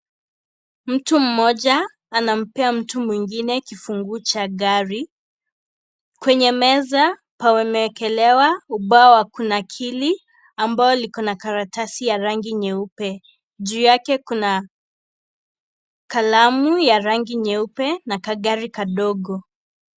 Mtu mmoja anampea mtu mwingine kifunguo cha gari kwenye meza pameekelewa ubao wa kunakiri ambao liko na karatasi ya rangi nyeupe juu yake Kuna kalamu ya rangi nyeupe na kagari kadogo.